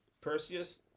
perseus